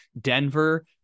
Denver